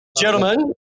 Gentlemen